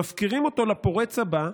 מפקירים אותו לפורץ הבא,